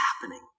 happening